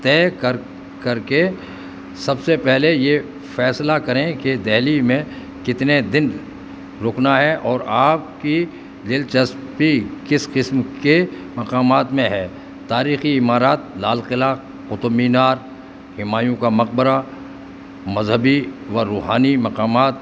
طے کر کر کے سب سے پہلے یہ فیصلہ کریں کہ دہلی میں کتنے دن رکنا ہے اور آپ کی دلچسپی کس قسم کے مقامات میں ہے تاریخی عمارات لال قلعہ قطب مینار ہمایوں کا مقبرہ مذہبی و روحانی مقامات